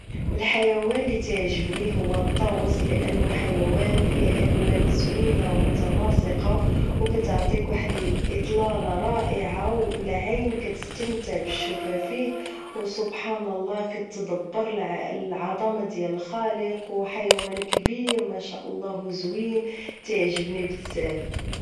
الحيوان اللي تيعجبني هو الطاووس لانه حيوان فيه الوان زوينة و متناسقة و كتعطي واحد الاطلالة رائعة و العين كتستمتع بشوفة فيه و سبحان الله كتدبر العضمة ديال الخالق و حيوان كبير ماشاء الله وزوين تيعجبني بزاف